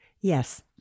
Yes